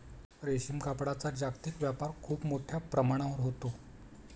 रेशीम कापडाचा जागतिक व्यापार खूप मोठ्या प्रमाणावर होतो